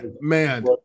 man